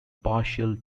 partial